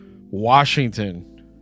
Washington